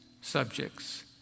subjects